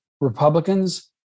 Republicans